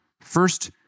First